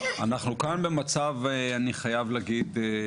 אנחנו כאן במצב אנומלי,